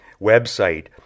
website